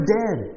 dead